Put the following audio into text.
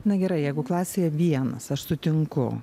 na gerai jeigu klasėje vienas aš sutinku